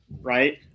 Right